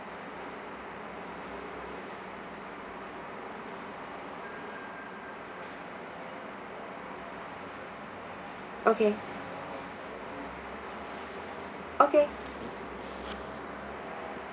okay okay